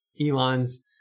elon's